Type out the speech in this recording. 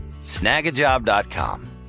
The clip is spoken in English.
snagajob.com